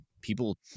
people